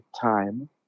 time